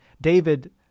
David